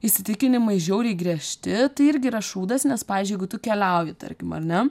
įsitikinimai žiauriai griežti tai irgi yra šūdas nes pavyzdžiui jeigu tu keliauji tarkim ar ne